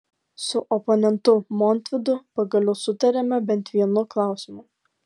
su oponentu montvydu pagaliau sutarėme bent vienu klausimu